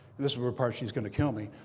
this is the part she's going to kill me.